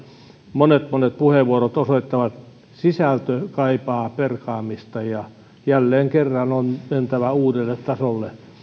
monet monet puheenvuorot osoittavat sisältö kaipaa perkaamista jälleen kerran on mentävä uudelle tasolle